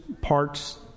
parts